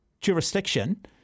jurisdiction